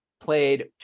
played